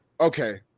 Okay